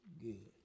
good